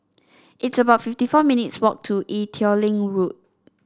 it's about fifty four minutes' walk to Ee Teow Leng Road